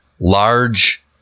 large